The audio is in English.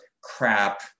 crap